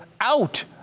out